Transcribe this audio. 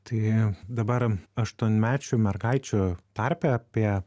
tai dabar aštuonmečių mergaičių tarpe apie